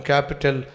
Capital